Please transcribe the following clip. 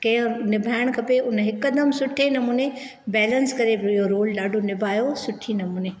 कीअं निभाइणु खपे उन हिक दमु सुठे नमूने बेलेंस करे इयो रोल ॾाढो निभायो सुठी नमूने